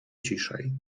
ciszej